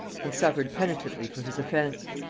and suffered penitently for his offence.